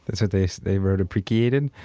and so they so they wrote, appreciated?